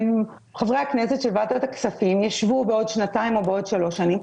חברי הכנסת בוועדת הכספים ישבו בעוד שנתיים או בעוד שלוש שנים,